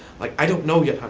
like, i don't know yet, honey,